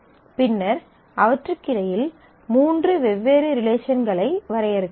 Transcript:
பின்னர் அவற்றுக்கிடையே மூன்று வெவ்வேறு ரிலேஷன்களை வரையறுக்கிறோம்